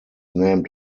named